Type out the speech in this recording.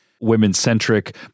women-centric